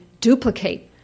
duplicate